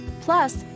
plus